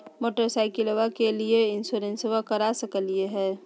मोटरसाइकिलबा के भी इंसोरेंसबा करा सकलीय है?